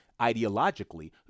ideologically